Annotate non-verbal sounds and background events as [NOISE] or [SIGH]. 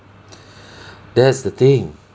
[BREATH] that's the thing